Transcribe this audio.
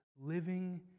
living